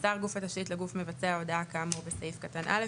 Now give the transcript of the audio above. מסר גוף התשתית לגוף המבצע הודעה כאמור בסעיף קטן (א),